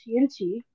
TNT